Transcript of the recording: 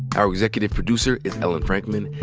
our executive producer is ellen frankman.